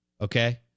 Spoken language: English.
okay